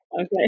Okay